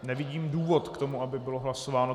Nevidím důvod k tomu, aby bylo hlasováno.